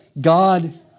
God